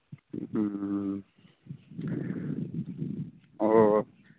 ꯎꯝ ꯎꯝ ꯑꯣꯑꯣꯑꯣ